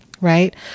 right